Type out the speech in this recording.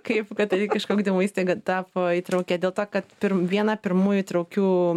kaip katalikiška ugdymo įstaiga tapo įtraukia dėl to kad pir viena pirmųjų įtraukių